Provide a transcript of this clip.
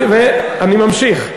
אני ממשיך.